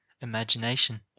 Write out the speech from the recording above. Imagination